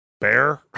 Bear